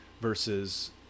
versus